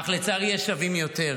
אך לצערי יש שווים יותר.